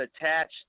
attached